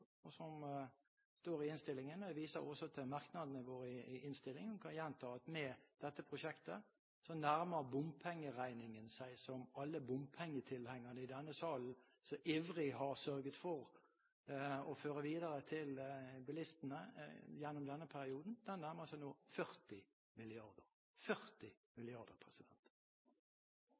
og som står i innstillingen. Jeg viser også til merknadene våre i innstillingen og kan gjenta at med dette prosjektet nærmer bompengeregningen seg, som alle bompengetilhengere i denne salen så ivrig har sørget for å føre videre til bilistene gjennom denne perioden, 40 mrd. kr – 40